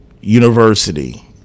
university